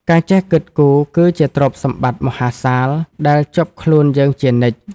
ការចេះគិតគូរគឺជាទ្រព្យសម្បត្តិមហាសាល ដែលជាប់ខ្លួនយើងជានិច្ច។